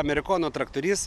amerikono traktoris